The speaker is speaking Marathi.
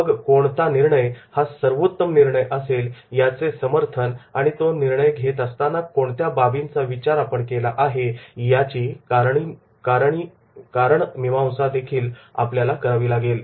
मग कोणता निर्णय हा सर्वोत्तम निर्णय असेल याचे समर्थन आणि तो निर्णय घेत असताना कोणत्या बाबींचा विचार आपण केला पाहिजे याची कारणमीमांसादेखील आपल्याला करावी लागेल